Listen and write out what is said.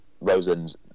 Rosen's